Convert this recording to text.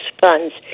funds